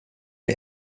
est